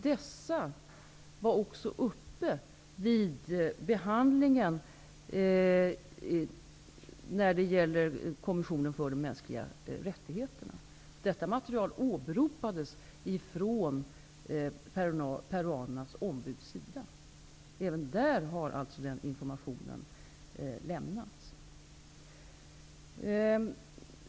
Dessa var också uppe vid behandlingen när det gäller kommissionen för de mänskliga rättigheterna. Detta material åberopades av peruanernas ombud. Även där har alltså den informationen lämnats.